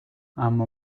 اما